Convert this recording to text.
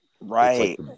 right